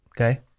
okay